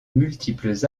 multiples